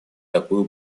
такую